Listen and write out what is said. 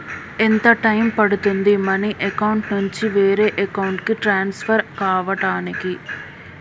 ఎంత టైం పడుతుంది money account నుంచి వేరే అకౌంట్ కి ట్రాన్స్ఫర్ కావటానికి?